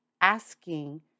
asking